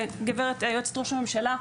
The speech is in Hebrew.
והגברת יועצת ראש הממשלה,